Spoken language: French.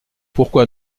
pourquoi